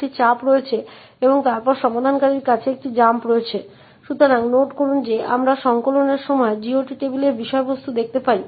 দিকে তাকাব এবং স্ট্যাকের কিছু বিষয়বস্তুর প্রিন্ট করব যা দেখতে এইরকম কিছু হবে